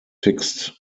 fixed